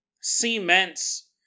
cements